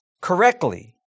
correctly